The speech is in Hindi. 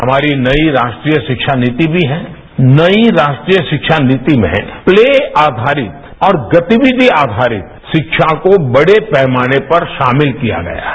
हमारी नई राष्ट्रीय शिक्षा नीति भी है नई राष्ट्रीय रिक्षा नीति में है प्ले आघारित और गतिविक्षि आघारित शिक्षा को बड़े पैमाने पर सामिल किया गया है